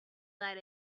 that